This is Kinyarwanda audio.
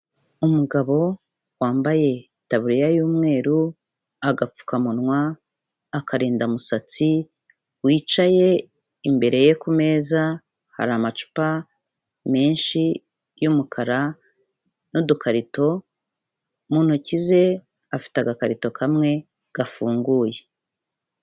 Umugabo wambaye itaburiya y'umweru, agapfukamunwa, akarindamusatsi, wicaye, imbere ye kumeza hari amacupa menshi y'umukara n'udukarito, mu ntoki ze afite agakarito kamwe gafunguye.